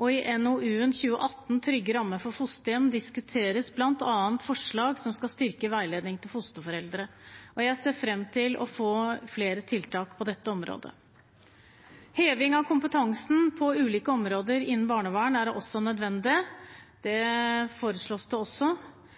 I NOU 2018:18 Trygge rammer for fosterhjem diskuteres bl.a. forslag som skal styrke veiledning til fosterforeldre. Jeg ser fram til å få flere tiltak på dette området. Heving av kompetansen på ulike områder innen barnevern er også nødvendig. Det foreslås det også.